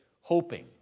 hoping